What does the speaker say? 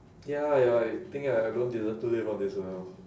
ya ya I think I don't deserve to live on this world